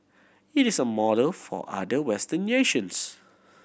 it is a model for other Western nations